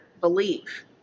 believe